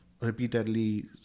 repeatedly